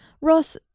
Ross